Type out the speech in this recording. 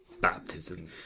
baptism